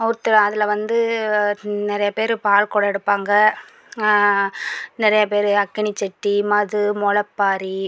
ஒருத்தர் அதில் வந்து நிறைய பேர் பால்குடம் எடுப்பாங்க நிறைய பேர் அக்னிசட்டி மது முளைப்பாரி